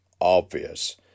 obvious